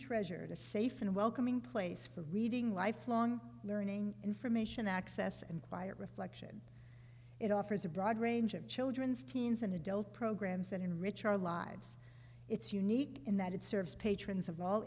treasured a safe and welcoming place for reading lifelong learning information access and quiet reflection it offers a broad range of children's teens and adult programs that enrich our lives it's unique in that it serves patrons of all